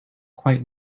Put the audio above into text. quite